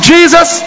Jesus